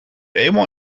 eenmaal